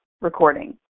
recording